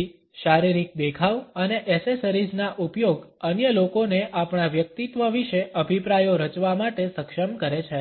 તેથી શારીરિક દેખાવ અને એસેસરીઝના ઉપયોગ અન્ય લોકોને આપણા વ્યક્તિત્વ વિશે અભિપ્રાયો રચવા માટે સક્ષમ કરે છે